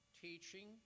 teaching